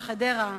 בחדרה,